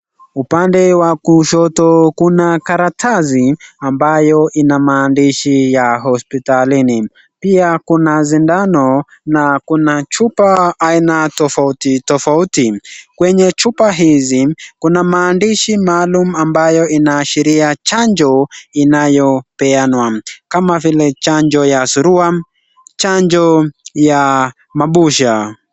Upande wa kushoto kuna karatasi ambayo ina maandishi ya hospitalini. Pia, kuna sindano na kuna chupa aina tofauti tofauti. Kwenye chupa hizi, kuna maandishi maalumu ambayo inaashiria chanjo inayopeanwa, kama vile chanjo ya surua, chanjo ya mabusha.